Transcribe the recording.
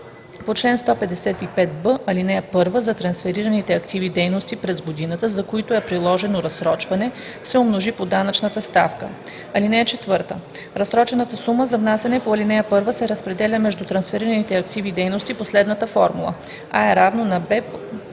по чл. 155б, ал. 1, за трансферираните активи/дейности през годината, за които е приложено разсрочване, се умножи по данъчната ставка. (4) Разсрочената сума за внасяне по ал. 1 се разпределя между трансферираните активи/дейности по следната формула: А = Б х